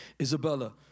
isabella